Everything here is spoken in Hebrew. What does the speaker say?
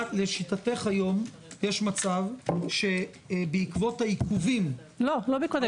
לשיטתך היום יש מצב שבעקבות העיכובים- -- לא בעקבות העיכובים.